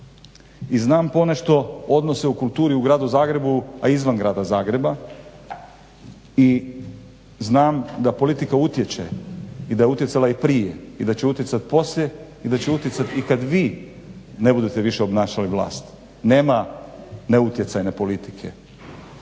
i znam ponešto odnose u kulturi u gradu Zagrebu a i izvan grada Zagreba i znam da politika utječe i da utjecala i prije i da će utjecat poslije i da će utjecat i kad vi ne budete više obnašali vlast. Nema neutjecajne politike.